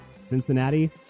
Cincinnati